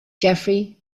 jeffrey